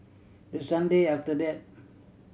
the Sunday after that